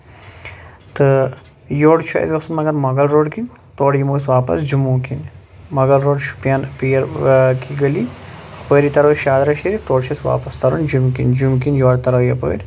تہٕ یورٕ چھُ اَسہِ گژھُن مَگر مۄغل روڈ کِنۍ تورٕ یِمو أسۍ واپَس جموں کِنۍ مۄغل روڈ شوپین پیر کی گٔلی اَپٲری تَرو أسۍ شادراہ شریٖف تورٕ چھُ اَسہِ واپَس تَرُن جعمۍ کِنۍ جعمۍ کِنۍ یورٕ تَرو یَپٲر